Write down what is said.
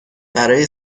برای